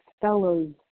fellows